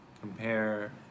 compare